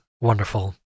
wonderful